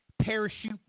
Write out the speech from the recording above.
parachute